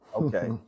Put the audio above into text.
Okay